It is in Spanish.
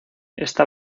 esta